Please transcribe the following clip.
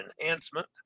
enhancement